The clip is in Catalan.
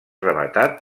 rematat